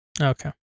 Okay